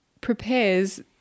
prepares